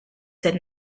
said